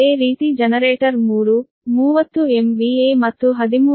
ಅದೇ ರೀತಿ generator 3 30 MVA ಮತ್ತು 13